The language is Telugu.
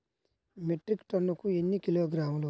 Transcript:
మెట్రిక్ టన్నుకు ఎన్ని కిలోగ్రాములు?